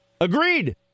Agreed